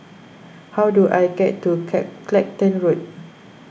how do I get to cat Clacton Road